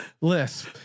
lisp